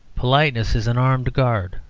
politeness is an armed guard,